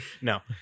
No